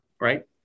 right